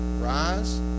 rise